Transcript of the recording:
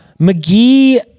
McGee